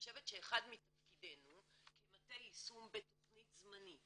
אני חושבת שאחד מתפקידנו כמטה יישום בתכנית זמנית